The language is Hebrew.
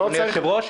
אדוני היושב-ראש,